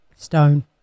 Stone